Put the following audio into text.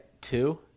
two